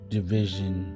Division